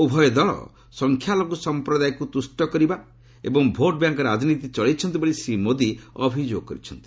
ଉଭୟ ଦଳ ସଂଖ୍ୟାଲଘୁ ସଂପ୍ରଦାୟକୁ ତୁଷ୍ଟ କରିବା ଏବଂ ଭୋଟ୍ ବ୍ୟାଙ୍କ୍ ରାଜନୀତି ଚଳାଇଛନ୍ତି ବୋଲି ଶ୍ରୀ ମୋଦି ଅଭିଯୋଗ କରିଛନ୍ତି